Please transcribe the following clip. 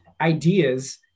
ideas